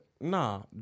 Nah